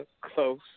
close